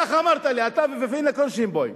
ככה אמרת לי, אתה ופניה קירשנבאום.